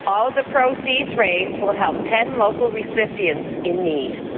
all of the proceeds raised will help ten local recipients in need.